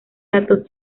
datos